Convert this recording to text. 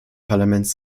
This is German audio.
parlaments